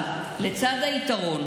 אבל לצד היתרון